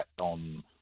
on